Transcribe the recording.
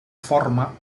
forma